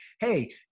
Hey